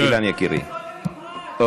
תסביר לו